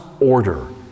order